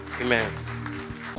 Amen